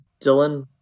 Dylan